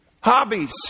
hobbies